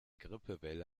grippewelle